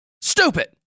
Stupid